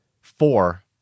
four